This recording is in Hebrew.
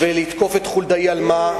ולתקוף את חולדאי, על מה?